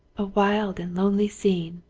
a wild and lonely scene!